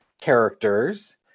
characters